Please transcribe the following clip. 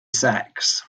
sacks